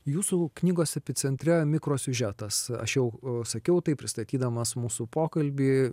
jūsų knygos epicentre mikrosiužetas aš jau sakiau tai pristatydamas mūsų pokalbį